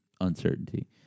uncertainty